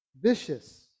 vicious